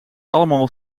allemaal